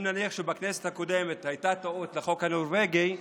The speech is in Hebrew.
אם נניח שבכנסת הקודמת הייתה טעות בחוק הנורבגי,